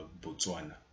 botswana